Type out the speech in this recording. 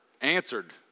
answered